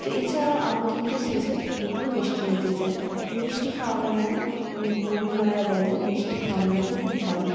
তো এছাড়াও আমি কিন্তু শেষে দুটো মিষ্টি নিতে চাই মিষ্টি খাওয়ানো নাকি গুরুজনরা বলে মিষ্টি খাওয়ানো নাকি খবু ভালো